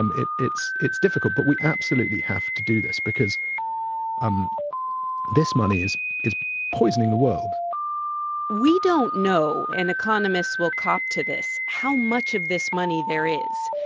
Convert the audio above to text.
um it's it's difficult, but we absolutely have to do this because um this money is is poisoning the world we don't know an economist will cop to this how much of this money there is.